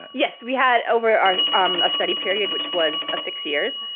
yes, we had over our um ah study period, which was six years,